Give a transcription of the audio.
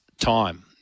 time